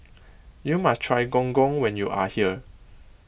you must try Gong Gong when you are here